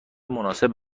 مناسب